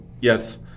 Yes